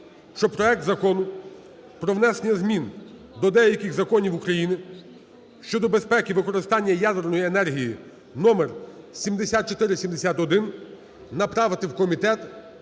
щоб проект Закону про внесення змін до деяких законів України щодо безпеки використання ядерної енергії (№ 7471) направити в комітет